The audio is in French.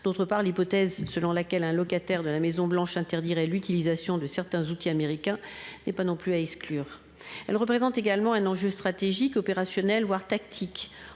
D'autre part l'hypothèse selon laquelle un locataire de la Maison Blanche interdirait l'utilisation de certains outils américain n'est pas non plus à exclure. Elle représente également un enjeu stratégique opérationnel voire tactique